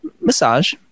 massage